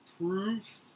proof